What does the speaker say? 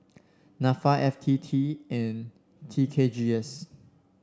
NAFA F T T and T K G S